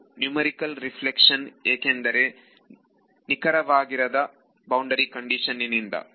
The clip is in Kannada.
ಇದು ನ್ಯೂಮರಿಕಲ್ ರೆಫ್ಲೆಕ್ಷನ್ ಏಕೆಂದರೆ ನಿಕರವಾಗಿರದ ಬೌಂಡರಿ ಕಂಡಿಶನ್ ನಿನ್ನಿಂದ